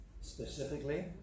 specifically